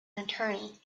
attorney